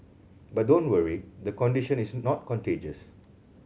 but don't worry the condition is not contagious